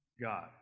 God